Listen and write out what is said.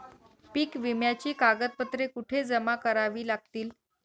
पीक विम्याची कागदपत्रे कुठे जमा करावी लागतील?